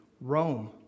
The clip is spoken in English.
Rome